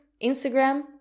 Instagram